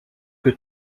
que